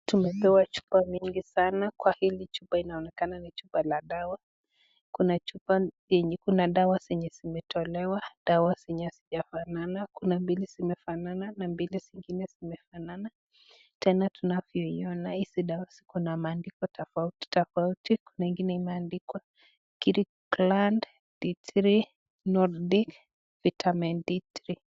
Tumepewa chupa mingi sana , kwa hili linaonekana ni chupa la dawa. Kuna chupa yenye , Kuna dawa zenye zimetolewa. Dawa zenye hazijafanana , Kuna mbili zimefanana na mbili zingine hazijafanana, tena tunavyoona hizi dawa Zina maandishi tofauti tofauti . Kuna ingine imeandikwa kri-clant 3d vitamin D3.